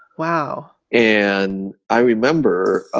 wow. and i remember ah